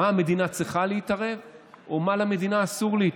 במה המדינה צריכה להתערב או במה למדינה אסור להתערב,